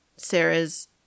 Sarah's